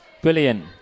brilliant